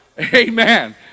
Amen